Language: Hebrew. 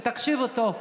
ותקשיבו טוב,